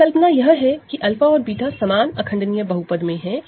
परिकल्पना यह है की 𝛂 और β समान इररेडूसिबल पॉलीनॉमिनल में है